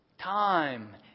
time